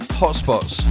hotspots